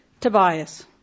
Tobias